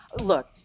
look